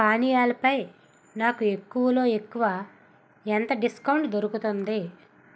పానీయాలుపై నాకు ఎక్కువలో ఎక్కువ ఎంత డిస్కౌంట్ దొరుకుతుంది